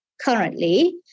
currently